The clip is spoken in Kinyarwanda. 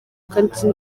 kandi